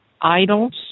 idols